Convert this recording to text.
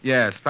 Yes